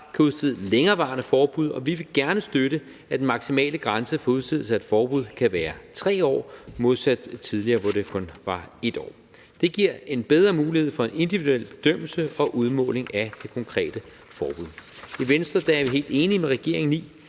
kan udstede længerevarende forbud, og vi vil gerne støtte, at den maksimale grænse for udstedelse af et forbud kan være 3 år modsat tidligere, hvor det kun var 1 år. Det giver en bedre mulighed for individuel bedømmelse og udmåling af det konkrete forbud. I Venstre er vi helt enige med regeringen i,